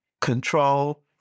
control